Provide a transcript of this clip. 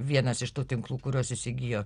vienas iš tų tinklų kuriuos įsigijo